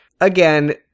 again